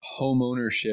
homeownership